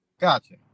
Gotcha